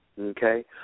okay